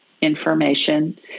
information